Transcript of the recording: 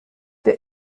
der